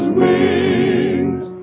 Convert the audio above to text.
wings